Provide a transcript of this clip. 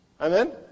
Amen